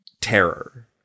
terror